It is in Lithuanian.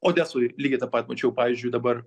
odesoj lygiai tą pat pavyzdžiui dabar